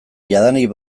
jadanik